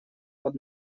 под